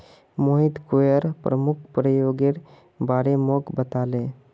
Mohit coir प्रमुख प्रयोगेर बारे मोक बताले